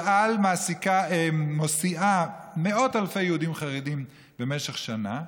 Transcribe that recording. אל על מסיעה מאות אלפי יהודים חרדים במשך שנה,